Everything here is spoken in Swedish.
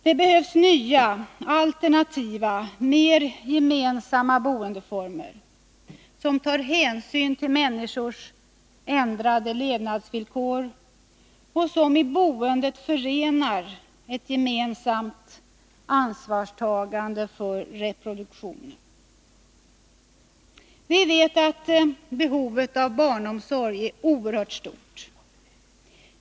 Det behövs nya, alternativa, mer gemensamma boendeformer, som tar hänsyn till människors förändrade levnadsvillkor och som i boendet förenar ett gemensamt ansvarstagande för reproduktionen. Vi vet att behovet av barnomsorg är oerhört stort.